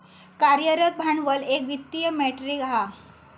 कार्यरत भांडवल एक वित्तीय मेट्रीक हा